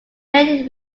mainly